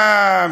יש לי גם,